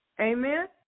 Amen